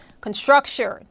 construction